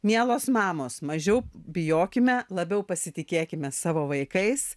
mielos mamos mažiau bijokime labiau pasitikėkime savo vaikais